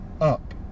up